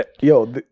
Yo